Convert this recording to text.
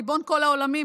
ריבון כל העולמים,